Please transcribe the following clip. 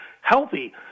healthy